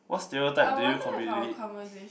what stereotype do you completely